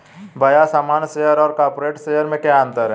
भैया सामान्य शेयर और कॉरपोरेट्स शेयर में क्या अंतर है?